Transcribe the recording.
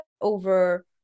over